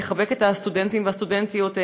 לחבק את הסטודנטים והסטודנטיות,